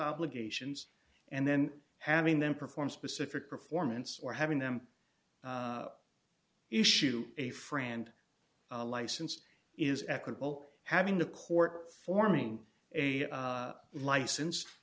obligations and then having them perform specific performance or having them issue a friend a license is equitable having the court forming a license